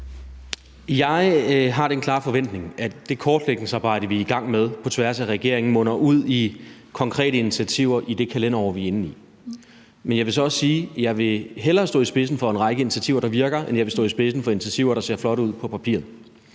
Jeg har den klare forventning, at det kortlægningsarbejde, vi er i gang med på tværs af regeringen, munder ud i konkrete initiativer i det kalenderår, vi er inde i. Men jeg vil så også sige, at jeg hellere vil stå i spidsen for en række initiativer, der virker, end jeg vil stå i spidsen for initiativer, der ser flotte ud på papiret.